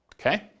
Okay